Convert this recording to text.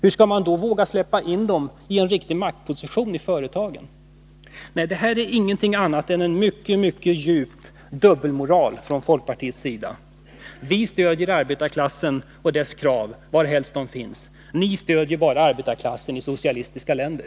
Hur skall man då våga släppa fram dem till en riktig maktposition i företagen? Det här är ingenting annat än en mycket djup dubbelmoral inom folkpartiet. Vi stöder arbetarklassen och dess krav varhelst de finns. Ni stöder bara arbetarklassen i socialistiska länder.